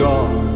God